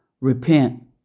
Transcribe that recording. repent